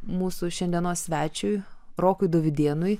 mūsų šiandienos svečiui rokui dovydėnui